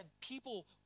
people